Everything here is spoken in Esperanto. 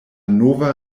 nova